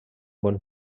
bon